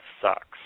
sucks